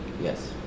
Yes